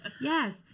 Yes